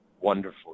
wonderful